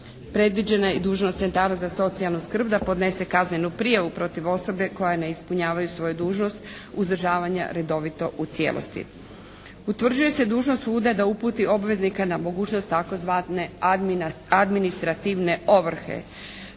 Predviđena je i dužnost centara za socijalnu skrb da podnese kaznenu prijavu protiv osobe koja ne ispunjavaju svoju dužnost uzdržavanja redovito u cijelosti. Utvrđuje se dužnost suda da uputi obveznika na mogućnost tzv. administrativne ovrhe